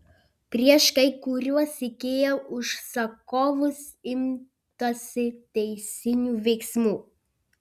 prieš kai kuriuos ikea užsakovus imtasi teisinių veiksmų